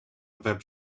web